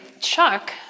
Chuck